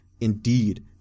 Indeed